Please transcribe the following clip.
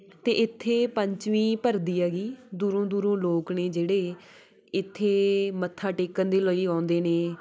ਅਤੇ ਇੱਥੇ ਪੰਚਵੀਂ ਭਰਦੀ ਹੈਗੀ ਦੂਰੋਂ ਦੂਰੋਂ ਲੋਕ ਨੇ ਜਿਹੜੇ ਇੱਥੇ ਮੱਥਾ ਟੇਕਣ ਦੇ ਲਈ ਆਉਂਦੇ ਨੇ